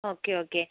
okay okay